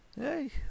Hey